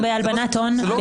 הגעתי ל-80% - מגיש פלילי,